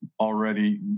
already